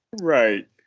Right